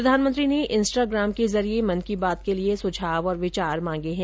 प्रधानमंत्री ने इंस्टाग्राम के जरिये मन की बात के लिए सुझाव और विचार मांगे हैं